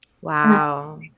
Wow